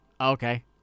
Okay